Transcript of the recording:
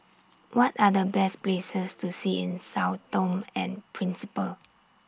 What Are The Best Places to See in Sao Tome and Principe